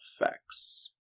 effects